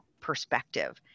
perspective